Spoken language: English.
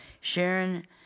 Sharon